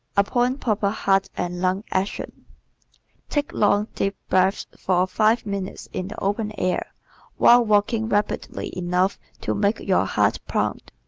upon proper heart and lung action. take long, deep breaths for five minutes in the open air while walking rapidly enough to make your heart pound,